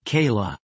Kayla